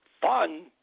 Fun